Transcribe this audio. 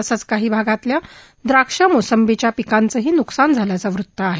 तसंच काही भागातल्या द्राक्ष आणि मोसंबीच्या पिकांचंही न्कसान झाल्याचं वृत्त आहे